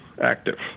active